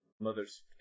Mother's